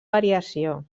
variació